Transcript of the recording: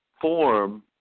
form